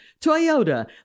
Toyota